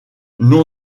non